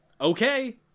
okay